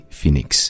Phoenix 。